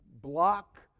block